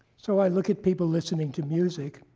so i look at people listening to music,